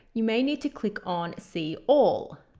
you may need to click on see all